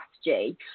strategy